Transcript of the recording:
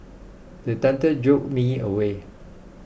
the thunder jolt me awake